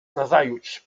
nazajutrz